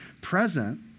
present